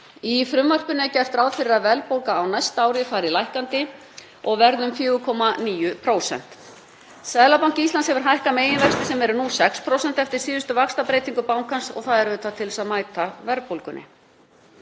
Í frumvarpinu er gert ráð fyrir að verðbólga á næsta ári fari lækkandi og verði um 4,9%. Seðlabanki Íslands hefur hækkað meginvexti sem eru nú 6% eftir síðustu vaxtabreytingar bankans til þess að mæta verðbólgunni.